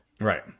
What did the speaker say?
Right